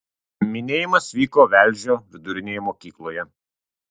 minėjimas vyko velžio vidurinėje mokykloje